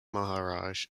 maharaj